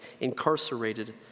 incarcerated